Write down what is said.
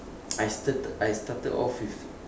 I started I started off with